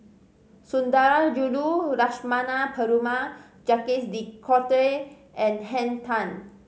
Sundarajulu Lakshmana Perumal Jacques De Coutre and Henn Tan